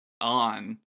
on